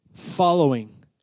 following